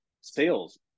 sales